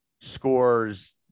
scores